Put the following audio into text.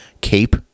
cape